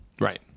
Right